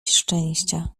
szczęścia